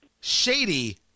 shady